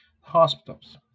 hospitals